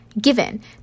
given